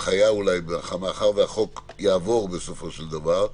מאחר והחוק יעבור בסופו של דבר,